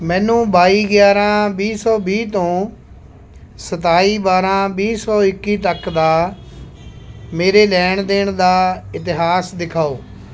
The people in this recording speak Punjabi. ਮੈਨੂੰ ਬਾਈ ਗਿਆਰ੍ਹਾਂ ਵੀਹ ਸੌ ਵੀਹ ਤੋਂ ਸਤਾਈ ਬਾਰ੍ਹਾਂ ਵੀਹ ਸੌ ਇੱਕੀ ਤੱਕ ਦਾ ਮੇਰੇ ਲੈਣ ਦੇਣ ਦਾ ਇਤਿਹਾਸ ਦਿਖਾਓ